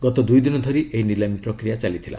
ଗତ ଦୁଇଦିନ ଧରି ଏହି ନିଲାମୀ ପ୍ରକ୍ରିୟା ଚାଲିଥିଲା